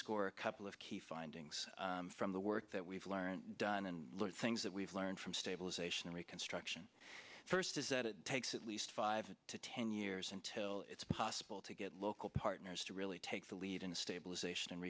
underscore a couple of key findings from the work that we've learned done and things that we've learned from stabilization and reconstruction first is that it takes at least five to ten years until it's possible to get local partners to really take the lead in the stabilization and